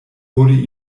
wurde